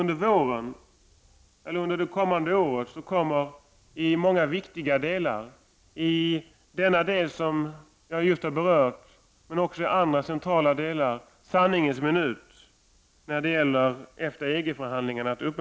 Under det kommande året kommer i många viktiga delar — i den del som jag just har berört men även i andra centrala delar — sanningens minut när det gäller EFTA —EG-förhandlingarna.